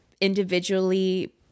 individually